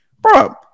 bro